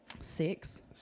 Six